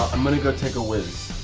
i'm going to go take a whiz.